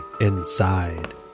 inside